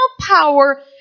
power